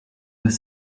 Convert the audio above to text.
deux